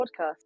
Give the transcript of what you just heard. podcast